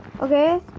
Okay